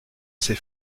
ses